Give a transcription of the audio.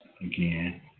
again